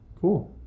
Cool